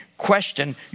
question